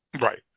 Right